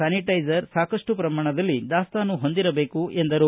sanitiser ಸಾಕಷ್ಟು ಪ್ರಮಾಣದಲ್ಲಿ ದಾಸ್ತಾನು ಹೊಂದಿರಬೇಕು ಎಂದರು